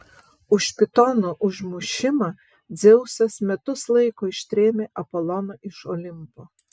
už pitono užmušimą dzeusas metus laiko ištrėmė apoloną iš olimpo